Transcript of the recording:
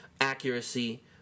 accuracy